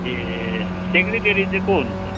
ए secretary चाहिँ को हुनुहुन्छ